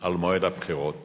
על מועד הבחירות